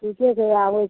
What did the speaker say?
ठीके छै आबैत छी